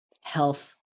health